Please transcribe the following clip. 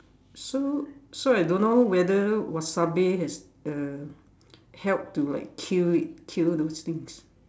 so so I don't know whether wasabi has uh helped to kill it kill those things